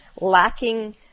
lacking